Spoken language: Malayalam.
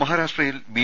മഹാരാഷ്ട്രയിൽ ബി